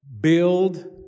build